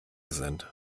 sind